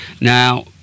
Now